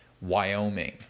Wyoming